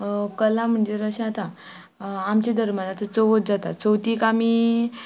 कला म्हणजे अशें आतां आमच्या धर्माची चवथ जाता चवथीक आमी